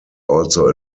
also